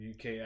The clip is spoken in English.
UK